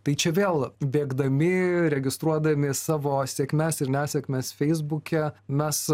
tai čia vėl bėgdami registruodami savo sėkmes ir nesėkmes feisbuke mes